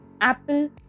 Apple